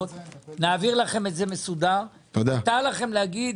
מותר לכם להגיד